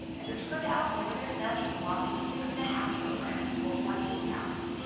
as it turned out, the winner's nest was a whopping six and a half kilograms, or fourteen pounds.